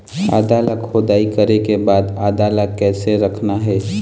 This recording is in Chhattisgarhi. आदा ला खोदाई करे के बाद आदा ला कैसे रखना हे?